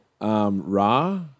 Ra